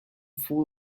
fool